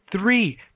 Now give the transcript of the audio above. three